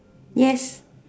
yes